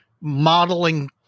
modeling